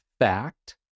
fact